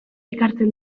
ekartzen